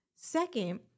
Second